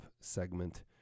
segment